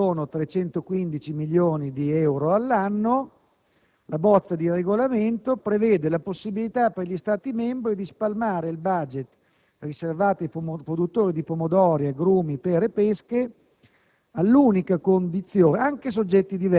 1a Commissione - che sono disponibili 315 milioni di euro l'anno, la bozza di regolamento prevede la possibilità per gli Stati membri di spalmare il *budget* riservato ai produttori di pomodori, agrumi, pere e pesche,